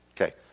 Okay